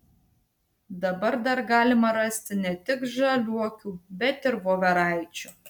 dabar dar galima rasti ne tik žaliuokių bet ir voveraičių